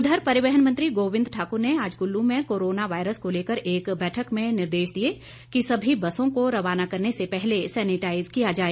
उधर परिवहन मंत्री गोबिंद ठाक्र ने आज कुल्लू में कोरोना वायरस को लेकर एक बैठक में निर्देश दिए कि सभी बसों को रवाना करने से पहले सैनिटाईज किया जाए